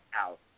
out